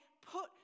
put